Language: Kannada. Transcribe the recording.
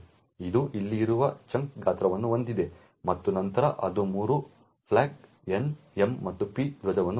ಇದು ಇಲ್ಲಿ ಇರುವ ಚಂಕ್ ಗಾತ್ರವನ್ನು ಹೊಂದಿದೆ ಮತ್ತು ನಂತರ ಅದು 3 ಫ್ಲ್ಯಾಗ್ಗಳನ್ನು N M ಮತ್ತು P ಫ್ಲ್ಯಾಗ್ಗಳನ್ನು ಹೊಂದಿದೆ